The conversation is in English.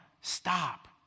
stop